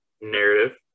narrative